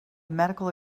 medical